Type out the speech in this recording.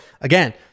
again